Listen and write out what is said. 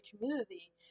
community